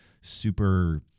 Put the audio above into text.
super